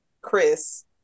Chris